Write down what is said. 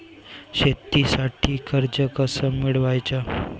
शेतीसाठी कर्ज कस मिळवाच?